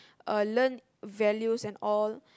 uh learn values and all